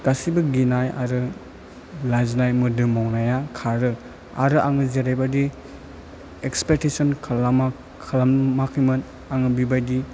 गासिबो गिनाय आरो लाजिनाय आरो मोदोम मावनाया खारो आरो आङो जेरैबायदि एक्सफेकटेसन खालामाखैमोन आङो बेबायदि